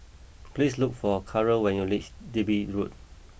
please look for Karyl when you least Digby Road